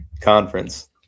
Conference